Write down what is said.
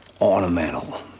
ornamental